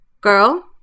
Girl